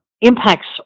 impacts